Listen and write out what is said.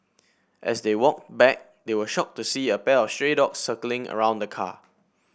as they walked back they were shocked to see a pack of stray dogs circling around the car